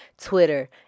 twitter